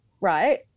right